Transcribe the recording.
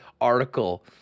article